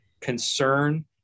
concern